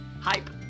Hype